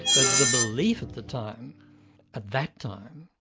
but the belief at the time, at that time,